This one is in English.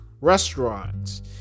restaurants